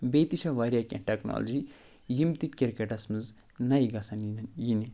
بیٚیہِ تہِ چھےٚ واریاہ کیٚنہہ ٹیکنالجی یِم تہِ کِرکَٹَس منٛز نَیہِ گژھَن یِنہٕ یِنہِ